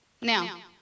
Now